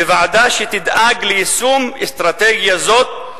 וועדה שתדאג ליישום אסטרטגיה זו,